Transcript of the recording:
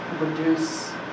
reduce